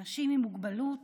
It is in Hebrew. אנשים עם מוגבלות